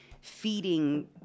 feeding